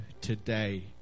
today